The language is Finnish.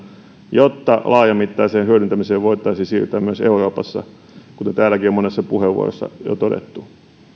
jotta laajamittaiseen hyödyntämiseen voitaisiin siirtyä myös euroopassa kuten täälläkin on monessa puheenvuorossa jo todettu